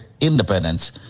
independence